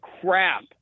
crap